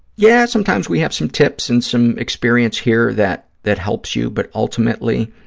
yeah, sometimes we have some tips and some experience here that that helps you, but ultimately,